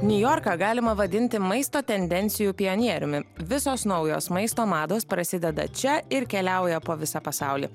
niujorką galima vadinti maisto tendencijų pionieriumi visos naujos maisto mados prasideda čia ir keliauja po visą pasaulį